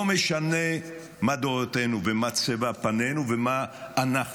לא משנה מה דעותינו ומה צבע פנינו ומה אנחנו,